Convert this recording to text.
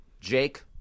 Jake